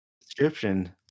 Description